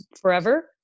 forever